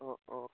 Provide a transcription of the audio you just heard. অঁ অঁ